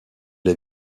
est